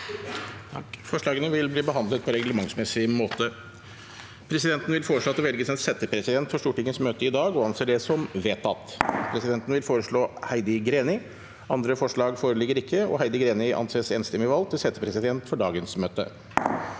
måte. Valg av settepresident Presidenten Presidenten vil foreslå at det velges en settepresident for Stortingets møte i dag, og anser det som vedtatt. Presidenten vil foreslå Heidi Greni. – Andre forslag foreligger ikke, og Heidi Greni anses enstemmig valgt som settepresident for dagens møte.